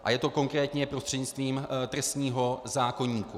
A je to konkrétně prostřednictvím trestního zákoníku.